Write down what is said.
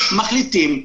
מחליטים,